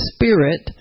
Spirit